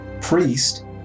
priest